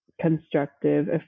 constructive